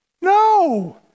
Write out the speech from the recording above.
No